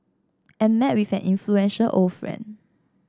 and met with an influential old friend